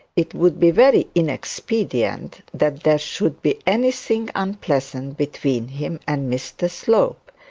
it would be very inexpedient that there should be anything unpleasant between him and mr slope.